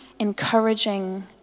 encouraging